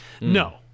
No